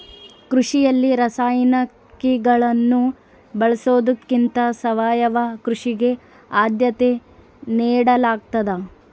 ಕೃಷಿಯಲ್ಲಿ ರಾಸಾಯನಿಕಗಳನ್ನು ಬಳಸೊದಕ್ಕಿಂತ ಸಾವಯವ ಕೃಷಿಗೆ ಆದ್ಯತೆ ನೇಡಲಾಗ್ತದ